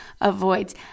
avoids